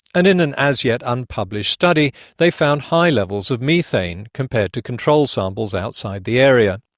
and in an as yet unpublished study, they found high levels of methane compared to control samples outside the area.